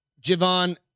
Javon